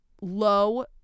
low